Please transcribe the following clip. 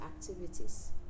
activities